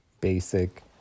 basic